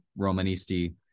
Romanisti